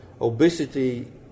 obesity